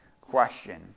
question